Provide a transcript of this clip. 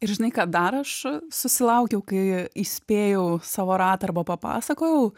ir žinai ką dar aš susilaukiau kai įspėjau savo ratą arba papasakojau